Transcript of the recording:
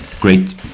great